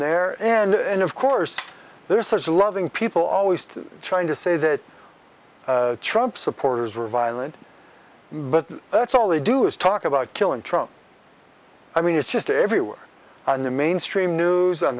there and of course there's such a loving people always trying to say that trump supporters are violent but that's all they do is talk about killing trump i mean it's just everywhere and the mainstream news on